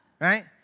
right